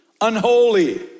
Unholy